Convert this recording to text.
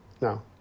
no